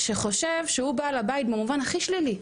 שחושב שהוא בעל הבית במובן הכי שלילי.